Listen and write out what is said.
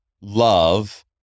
love